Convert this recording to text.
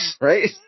right